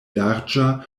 larĝa